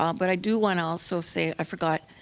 um but i do want to also say i forgot.